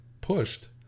pushed